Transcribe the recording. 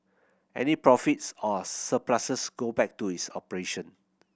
any profits or surpluses go back to its operation